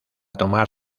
tomar